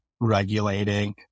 regulating